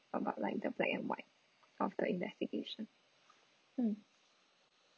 about like the black and white of the investigation mm